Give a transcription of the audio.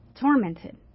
tormented